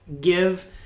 give